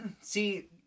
see